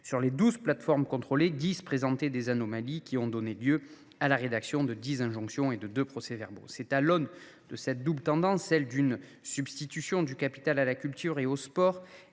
sur les douze plateformes contrôlées, dix présentaient des anomalies qui ont donné lieu à la rédaction de dix injonctions et de deux procès verbaux. C’est en prenant en compte cette double tendance, à la fois la substitution du capital à la culture et au sport